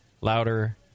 louder